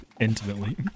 intimately